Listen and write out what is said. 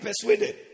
persuaded